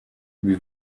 wie